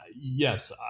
yes